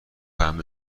همه